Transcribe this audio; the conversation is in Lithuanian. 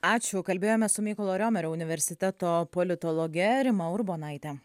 ačiū kalbėjome su mykolo riomerio universiteto politologe rima urbonaite